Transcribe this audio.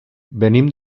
venim